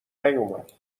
نیومد